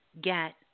get